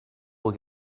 will